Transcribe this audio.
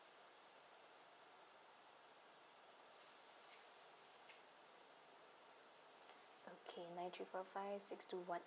okay nine three four five six two one